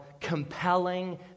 compelling